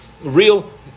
real